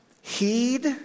heed